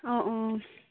অঁ অঁ